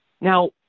Now